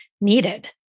needed